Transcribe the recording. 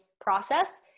process